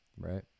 right